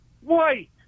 White